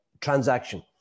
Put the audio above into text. transaction